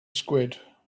squid